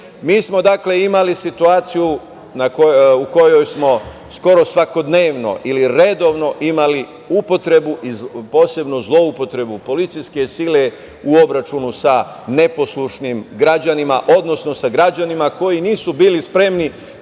smo dakle imali situaciju u kojoj smo skoro svakodnevno ili redovno imali upotrebu i posebnu zloupotrebu policijske sile u obračunu sa neposlušnim građanima, odnosno sa građanima koji nisu bili spremni